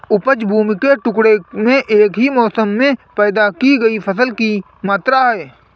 उपज भूमि के टुकड़े में एक ही मौसम में पैदा की गई फसल की मात्रा है